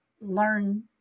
learn